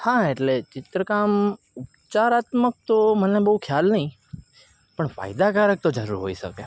હા એટલે ચિત્રકામ ઉપચારાત્મક તો મને બહુ ખ્યાલ નથી પણ ફાયદાકારક તો જરૂર હોઇ શકે